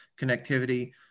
connectivity